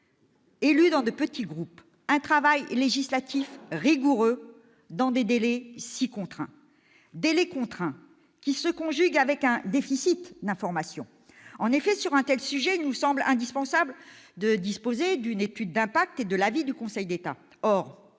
ceux des petits groupes, un travail législatif rigoureux dans des délais si contraints. Ces délais contraints se conjuguent en outre avec un déficit d'information. Sur un tel sujet, il nous semble indispensable de disposer d'une étude d'impact et de l'avis du Conseil d'État.